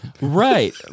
right